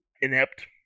inept